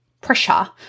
pressure